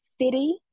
city